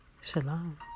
Shalom